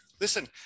Listen